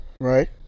Right